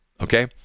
Okay